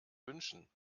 wünschen